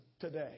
today